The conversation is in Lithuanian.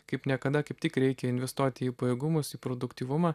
kaip niekada kaip tik reikia investuoti į pajėgumus į produktyvumą